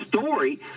story